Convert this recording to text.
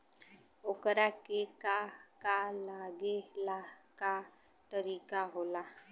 ओकरा के का का लागे ला का तरीका होला?